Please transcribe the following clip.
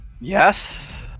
yes